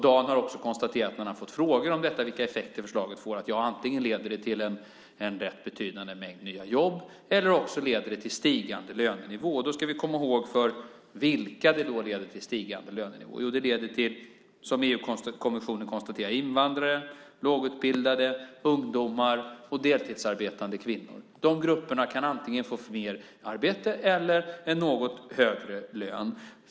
Dan har också sagt när han har fått frågor om vilka effekter förslaget får att det antingen leder till en rätt betydande mängd nya jobb eller så leder det till stigande lönenivå. Då ska vi komma ihåg för vilka det i så fall leder till stigande lönenivå, nämligen - som EU-kommissionen konstaterade - invandrare, lågutbildade, ungdomar och deltidsarbetande kvinnor. De grupperna kan antingen få mer arbete eller en något högre lön.